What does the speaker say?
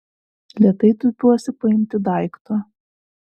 lėtai tūpiuosi paimti daikto